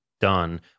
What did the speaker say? done